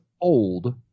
old